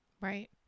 Right